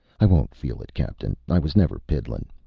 i won't feel it. captain, i was never piddling.